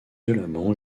violemment